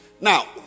Now